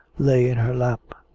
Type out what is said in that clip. lay in her lap.